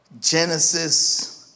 Genesis